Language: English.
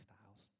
styles